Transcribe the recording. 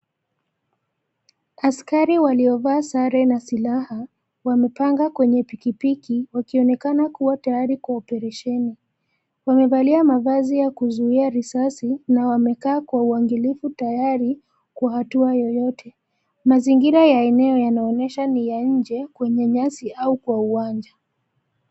Askali waliovaa sare na silaha wamepanda kwenye pikipiki wakioneka kua tayari kwa oparesheni. Wamevalia mavazi ya kuzuia risasi na wamekaa kwa uangalifu tayari kwa hatua yoyote. Mazingira ya eneo yanaonyesha ni ya nje kwenye nyasi au kwa uwanja.